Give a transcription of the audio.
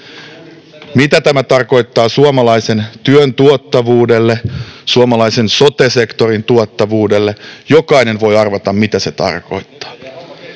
Mitä tämä tarkoittaa suomalaisen työn tuottavuudelle, suomalaisen sote-sektorin tuottavuudelle? Jokainen voi arvata, mitä se tarkoittaa: